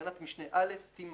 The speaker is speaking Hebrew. תקנת משנה (א) תימחק".